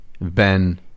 Ben